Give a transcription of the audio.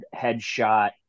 headshot